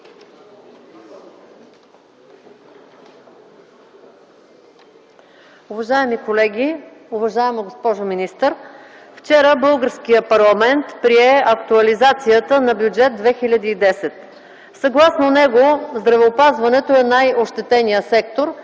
българският парламент прие актуализацията на Бюджет 2010. Съгласно него здравеопазването е най-ощетеният сектор,